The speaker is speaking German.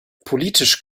politisch